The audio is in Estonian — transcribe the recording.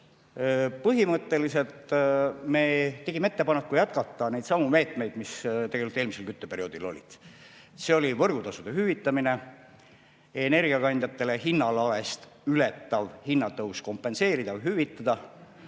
Põhimõtteliselt me tegime ettepaneku jätkata neidsamu meetmeid, mis eelmisel kütteperioodil olid. See oli võrgutasude hüvitamine, energiakandjatele hinnalage ületava hinnatõusu kompenseerimine või hüvitamine.